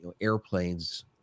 airplanes